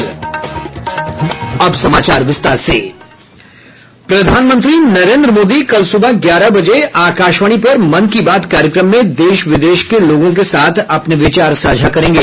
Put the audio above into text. प्रधानमंत्री नरेन्द्र मोदी कल सुबह ग्यारह बजे आकाशवाणी पर मन की बात कार्यक्रम में देश विदेश के लोगों के साथ अपने विचार साझा करेंगे